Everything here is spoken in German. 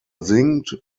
singt